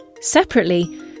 Separately